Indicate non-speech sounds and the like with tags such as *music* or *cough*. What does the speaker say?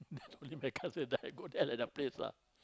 *laughs* only my cousin and I go there like that place ah